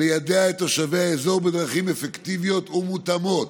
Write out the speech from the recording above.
ליידע את תושבי האזור בדרכים אפקטיביות ומותאמות.